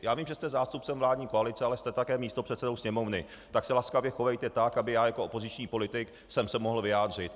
Já vím, že jste zástupcem vládní koalice, ale jste také místopředsedou Sněmovny, tak se laskavě chovejte tak, abych se já jako opoziční politik mohl vyjádřit.